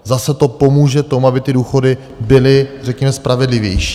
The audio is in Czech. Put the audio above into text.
Zase to pomůže tomu, aby ty důchody byly, řekněme, spravedlivější.